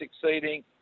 succeeding